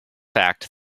fact